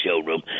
showroom –